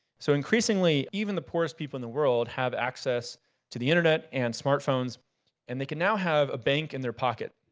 so increasingly, even the poorest people in the world have access to the internet and smartphones and they can now have a bank in their pocket.